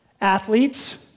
Athletes